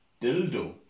Dildo